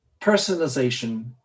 personalization